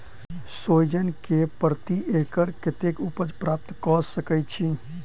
सोहिजन केँ प्रति एकड़ कतेक उपज प्राप्त कऽ सकै छी?